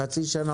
חצי שנה,